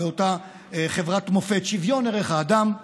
באותה חברת מופת: שוויון ערך האדם,